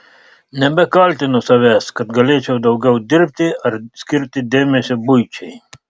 nebekaltinu savęs kad galėčiau daugiau dirbti ar skirti dėmesio buičiai